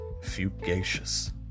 fugacious